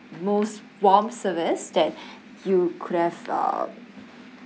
most warm service that you could have uh